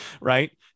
right